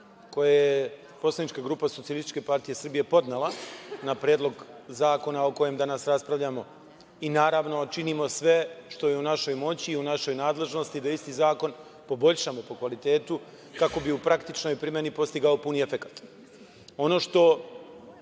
koje je poslanička SPS podnela na Predlog zakona o kojem danas raspravljamo i naravno, činimo sve što je u našoj moći i u našoj nadležnosti da isti zakon poboljšamo po kvalitetu kako bi u praktičnoj primeni postigao puni efekat. Ono